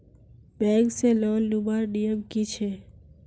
Bank से loan लुबार नियम की छे?